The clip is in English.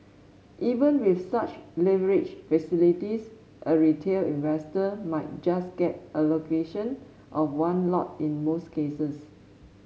even with such leverage facilities a retail investor might just get allocation of one lot in most cases